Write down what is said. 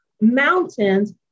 mountains